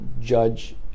judge